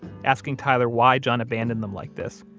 asking tyler why john abandoned them like this,